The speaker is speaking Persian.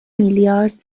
میلیارد